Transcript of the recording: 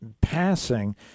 passing